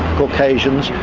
caucasians,